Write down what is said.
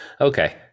Okay